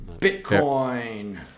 Bitcoin